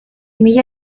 mila